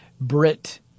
Brit